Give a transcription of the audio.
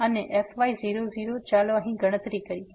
અને fy0 0 ચાલો અહીં ગણતરી કરીએ